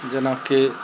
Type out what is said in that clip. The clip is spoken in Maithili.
जेनाकि